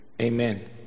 amen